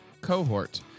cohort